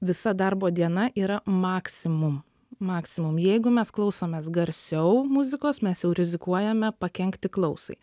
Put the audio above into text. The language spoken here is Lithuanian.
visa darbo diena yra maksimum maksimum jeigu mes klausomės garsiau muzikos mes jau rizikuojame pakenkti klausai